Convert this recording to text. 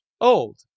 old